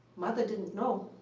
mother didn't know.